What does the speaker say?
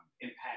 impact